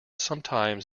sometimes